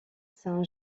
saint